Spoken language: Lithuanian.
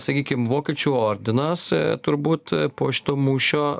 sakykim vokiečių ordinas turbūt po šito mūšio